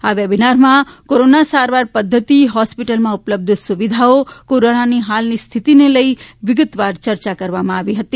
આ વેબિનારમાં કોરોના સારવાર પધ્ધતિ હોસ્પિટલમાં ઉપલબ્ધ સુવિધાઓ કોરોનાની હાલની સ્થિતિને લઈને વિગતવાર ચર્ચા કરવામાં આવી હતી